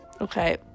Okay